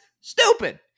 stupid